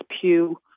Pew